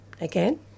again